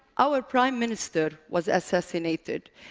our prime minister was assassinated,